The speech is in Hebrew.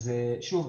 שוב,